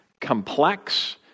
complex